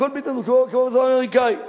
הכול בהתנדבות, כמו אצל האמריקנים.